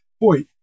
boy